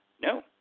No